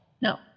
No